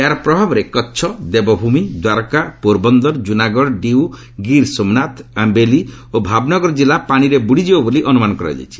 ଏହାର ପ୍ରଭାବରେ କଚ୍ଛ ଦେବଭୂମି ଦ୍ୱାରକା ପୋର୍ବନ୍ଦର୍ ଜୁନାଗଡ଼ ଡିୟୁ ଗିର୍ ସୋମାନାଥ ଅମ୍େଲି ଓ ଭାବ୍ନଗର ଜିଲ୍ଲା ପାଣିରେ ବୁଡ଼ିଯିବ ବୋଲି ଅନୁମାନ କରାଯାଇଛି